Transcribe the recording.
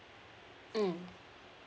mm